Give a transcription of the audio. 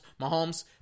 Mahomes